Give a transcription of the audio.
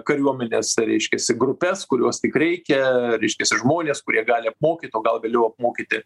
kariuomenės reiškiasi grupes kuriuos tik reikia reiškiasi žmonės kurie gali apmokyt o gal vėliau apmokyti